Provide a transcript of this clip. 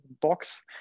box